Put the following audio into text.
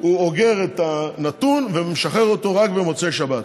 הוא אוגר את הנתון ומשחרר אותו רק במוצאי שבת.